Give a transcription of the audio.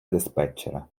диспетчера